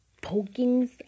pokings